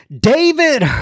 David